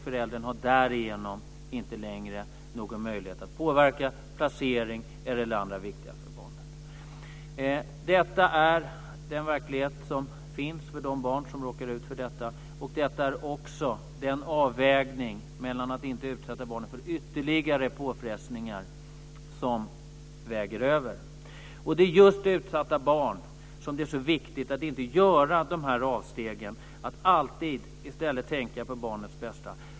Därigenom har föräldern inte längre någon möjlighet att påverka placering eller annat som är viktigt för barnet. Detta är verkligheten för de barn som råkar ut för en sådan tragedi. Det är också detta, att inte utsätta barnet för ytterligare påfrestningar som väger över. Det är just för utsatta barn som det är så viktigt att inte göra dessa avsteg. I stället ska man alltid tänka på barnets bästa.